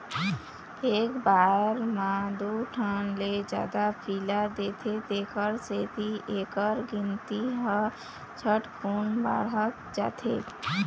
एक बार म दू ठन ले जादा पिला देथे तेखर सेती एखर गिनती ह झटकुन बाढ़त जाथे